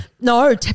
no